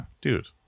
Dude